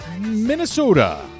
Minnesota